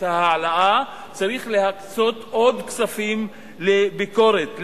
ההעלאה צריך להקצות עוד כספים לביקורת,